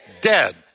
Dead